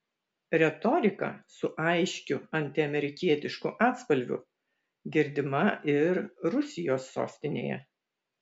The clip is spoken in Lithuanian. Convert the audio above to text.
retorika su aiškiu antiamerikietišku atspalviu girdima ir rusijos sostinėje